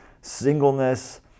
singleness